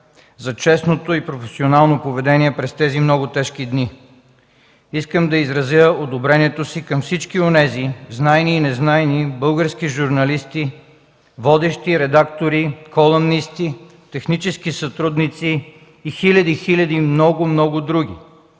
за честното и професионално поведение през тези много тежки дни. Искам да изразя одобрението си към всички онези, знайни и незнайни, български журналисти, водещи, редактори, колумнисти, технически сътрудници и хиляди, хиляди много, много други